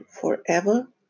forever